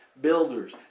builders